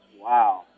wow